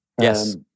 Yes